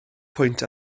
pwynt